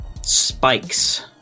spikes